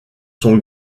sont